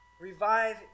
Revive